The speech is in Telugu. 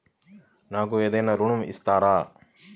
నాకు ఏమైనా ఋణం ఇస్తారా?